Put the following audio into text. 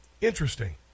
Interesting